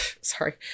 sorry